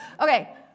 Okay